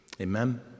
Amen